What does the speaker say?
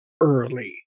early